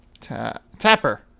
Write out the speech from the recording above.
Tapper